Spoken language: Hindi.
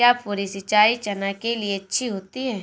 क्या फुहारी सिंचाई चना के लिए अच्छी होती है?